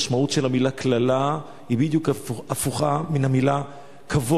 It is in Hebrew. המשמעות של המלה "קללה" היא בדיוק הפוכה מהמלה "כבוד".